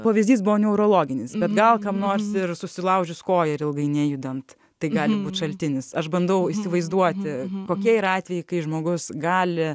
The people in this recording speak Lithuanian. pavyzdys buvo neurologinis bet gal kam nors susilaužius koją ir ilgai nejudant tai gali būt šaltinis aš bandau įsivaizduoti kokie yra atvejai kai žmogus gali